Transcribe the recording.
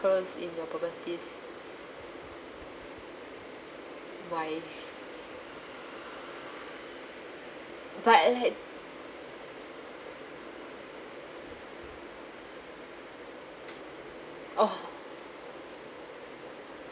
pearls in your bubble teas why but like oh